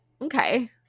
okay